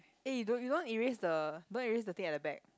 eh you don't you don't erase the don't erase the thing at the back